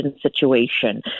situation